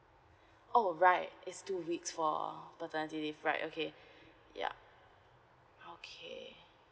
oh right it's two weeks for paternity leave right okay yeah okay